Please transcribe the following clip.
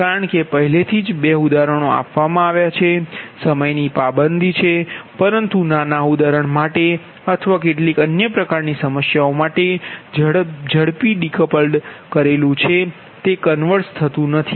કારણ કે પહેલેથી જ 2 ઉદાહરણો આપવામાં આવ્યા છે સમયની પાબંધી છે પરંતુ નાના ઉદાહરણ માટે અથવા કેટલીક અન્ય પ્રકારની સમસ્યાઓ માટે ઝડપથી ડીકપલ્ડ કરેલું તે કન્વર્ઝ થતું નથી